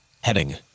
Heading